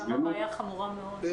שם הבעיה חמורה מאוד.